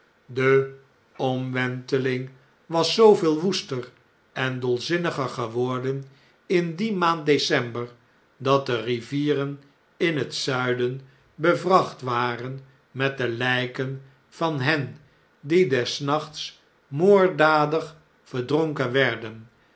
de omwenteling was zooveel woester en dolzinniger geworden in die maand december dat de rivieren in het zuiden bevracht waren met de ljjken van hen die des nachts moorddadig verdronken werden